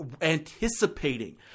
anticipating